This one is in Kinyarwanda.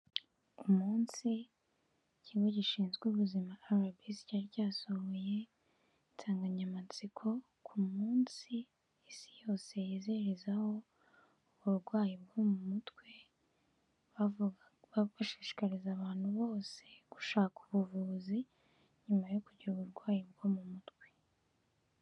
Umunsi ikigo gishinzwe ubuzima RBC cyari cyasohoye insanganyamatsiko, ku munsi isi yose yizihizaho uburwayi bwo mu mutwe, bavuga, bashishikariza abantu bose, gushaka ubuvuzi nyuma yo kugira uburwayi bwo mu mutwe.